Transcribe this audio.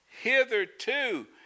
hitherto